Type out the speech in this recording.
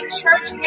church